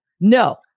No